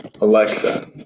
Alexa